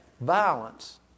violence